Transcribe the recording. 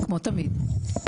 כמו תמיד.